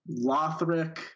lothric